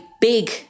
big